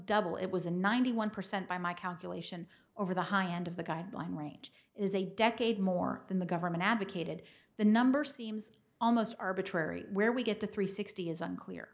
double it was a ninety one percent by my calculation over the high end of the guideline range is a decade more than the government advocated the number seems almost arbitrary where we get to three sixty is unclear